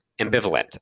ambivalent